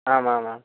आम् आमाम्